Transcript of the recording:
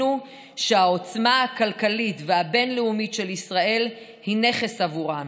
שהעוצמה הכלכלית והבין-לאומית של ישראל היא נכס עבורן